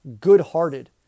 good-hearted